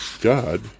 God